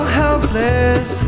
helpless